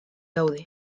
daude